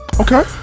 Okay